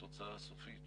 בתוצאה הסופית,